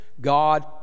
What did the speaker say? god